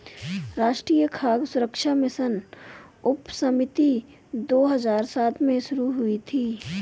राष्ट्रीय खाद्य सुरक्षा मिशन उपसमिति दो हजार सात में शुरू हुई थी